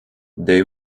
they